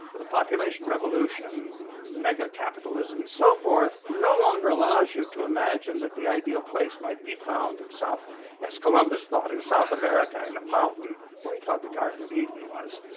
the population revolution, mega capitalism and so forth no longer allows you to imagine that the ideal place might be found and as columbus thought in south america in a mountain where he thought the garden of eden was.